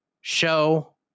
show